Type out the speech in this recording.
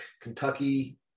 Kentucky